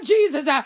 Jesus